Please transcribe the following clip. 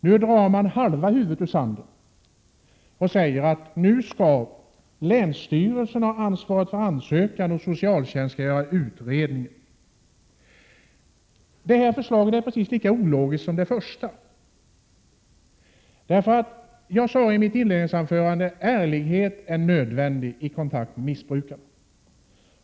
Nu drar man ut halva huvudet och säger att länsstyrelsen skall ha ansvaret för ansökan och att socialtjänsten skall göra utredningen. Detta förslag är precis lika ologiskt som det första. Jag sade i mitt inledningsanförande att ärlighet är nödvändig i kontakt med missbrukare.